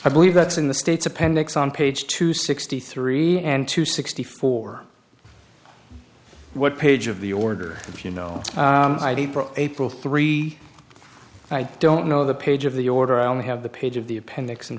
i believe that's in the state's appendix on page two sixty three and two sixty four what page of the order if you know april three i don't know the page of the order i only have the page of the appendix in